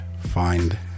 find